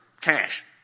Cash